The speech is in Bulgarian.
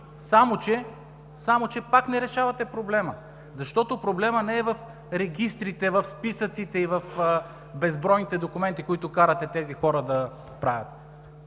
Само че пак не решавате проблема. Проблемът не е в регистрите, в списъците и в безбройните документи, които карате тези хора да подготвят,